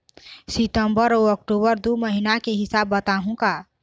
सितंबर अऊ अक्टूबर दू महीना के हिसाब बताहुं का?